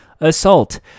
Assault